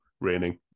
raining